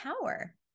power